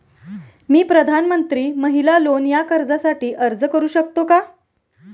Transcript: मी प्रधानमंत्री महिला लोन या कर्जासाठी अर्ज करू शकतो का?